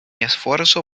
esfuerzo